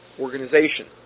organization